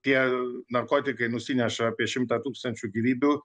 tie narkotikai nusineša apie šimtą tūkstančių gyvybių